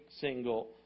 single